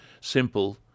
simple